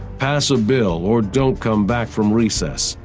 pass a bill or don't come back from recess.